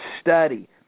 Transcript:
study